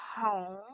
home